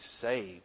saved